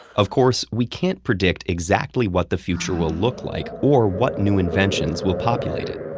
of course, we can't predict exactly what the future will look like or what new inventions will populate it.